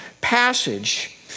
passage